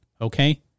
Okay